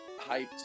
hyped